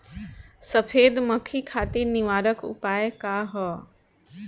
सफेद मक्खी खातिर निवारक उपाय का ह?